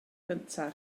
cyntaf